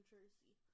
Jersey